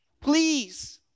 Please